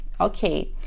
okay